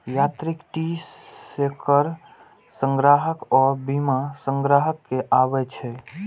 यांत्रिक tree shaker संग्राहक आ बिना संग्राहक के आबै छै